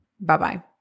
Bye-bye